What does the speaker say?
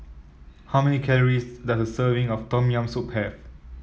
how many calories does a serving of Tom Yam Soup have